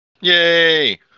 Yay